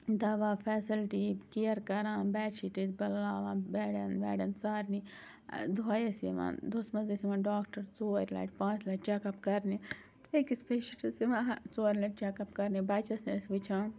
دَوا فیسَلٹی کِیر کَران بیٚڈ شیٖٹ ٲسۍ بدلاوان بیڈن ویڈن سارنٕے دۄہے ٲسۍ یِوان دۄہَس منٛز ٲسۍ یِوان ڈاکٹر ژورِ لَٹہِ پانٛژھ لَٹہِ چَک اَپ کَرنہِ أکِس پیشَنٛٹ ٲسۍ یِوان ژور لَٹہِ چَک اَپ کَرنہِ بَچس تہِ ٲسۍ وٕچھان